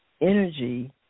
energy